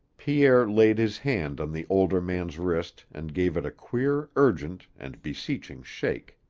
pierre laid his hand on the older man's wrist and gave it a queer urgent and beseeching shake.